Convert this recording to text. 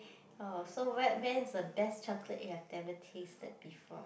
oh so where where is the best chocolate you have ever tasted before